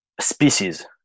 species